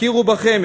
הכירו בכם,